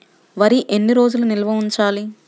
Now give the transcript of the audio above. వరి ఎన్ని రోజులు నిల్వ ఉంచాలి?